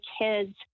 kids